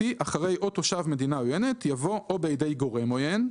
אחרי "או תושב מדינה עוינת" יבוא "או בידי גורם עוין;".